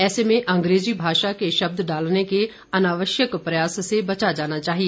ऐसे में अंग्रेजी भाषा के शब्द डालने के अनावश्यक प्रयास से बचा जाना चाहिए